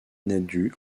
nadu